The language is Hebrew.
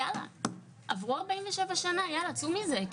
עברו 47 שנה צאו מזה,